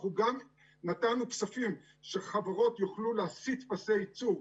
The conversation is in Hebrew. אנחנו גם נתנו כספים שחברות יוכלו להסיט פסי ייצור,